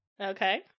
Okay